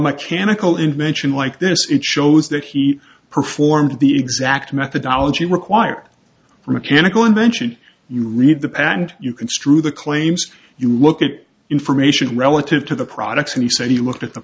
mechanical invention like this it shows that he performed the exact methodology required for mechanical invention you read the patent you construe the claims you look at information relative to the products he said he look